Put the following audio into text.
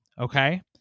okay